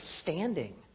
standing